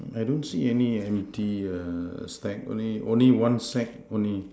I don't see any empty err stack only only one sack only